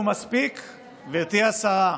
גברתי השרה,